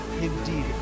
indeed